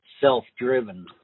self-driven